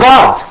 God